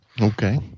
Okay